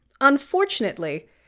Unfortunately